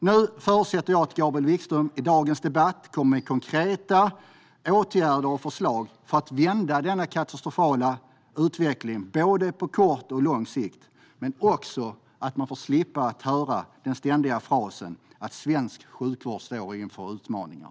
Nu förutsätter jag att Gabriel Wikström i dagens debatt kommer med konkreta åtgärder och förslag för att vända denna katastrofala utveckling på både kort och lång sikt men också att vi får slippa höra den ständiga frasen om att svensk sjukvård står inför utmaningar.